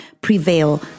Prevail